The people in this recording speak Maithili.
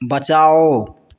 बचाउ